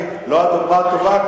אני לא הדוגמה הטובה,